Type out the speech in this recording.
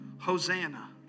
Hosanna